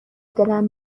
دلم